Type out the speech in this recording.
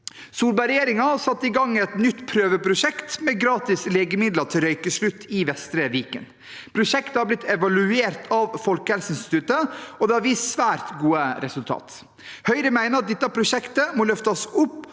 Solberg-regjeringen satte i gang et nytt prøveprosjekt med gratis legemidler til røykeslutt i Vestre Viken. Prosjektet har blitt evaluert av Folkehelseinstituttet, og det har vist svært gode resultater. Høyre mener at dette prosjektet må løftes opp